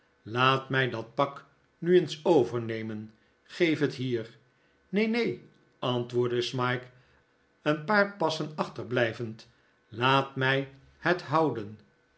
laat mij dat pak nu eens overnemen geef hier neen neen antwoordde smike een paar passen achterblijvend laat mij het houden